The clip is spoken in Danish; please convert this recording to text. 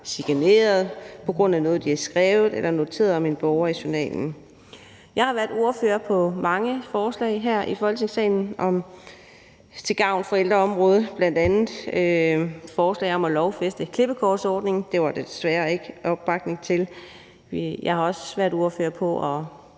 chikaneret på grund af noget, de har skrevet eller noteret om en borger i journalen. Jeg har været ordfører på mange forslag her i Folketingssalen til gavn for ældreområdet, bl.a. et forslag om at lovfæste klippekortsordningen – det var der desværre ikke opbakning til. Jeg har også været ordfører på et